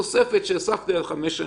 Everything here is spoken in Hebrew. התוצאה שלהם היא הרבה יותר מרחיבה.